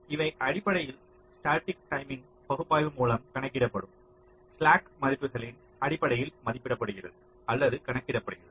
இவை அடிப்படையில் static timing பகுப்பாய்வு மூலம் கணக்கிடப்படும் ஸ்லாக் மதிப்புகளின் அடிப்படையில் மதிப்பிடப்படுகிறது அல்லது கணக்கிடப்படுகிறது